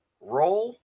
roll